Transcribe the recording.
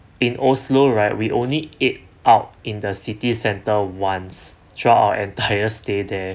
in oslo right we only ate out in the city centre once throughout our entire stay there